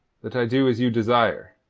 that i do as you desire,